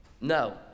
No